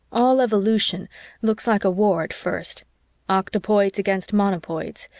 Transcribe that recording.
all evolution looks like a war at first octopoids against monopoids,